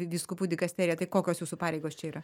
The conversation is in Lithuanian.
vyskupų dikasterija tai kokios jūsų pareigos čia yra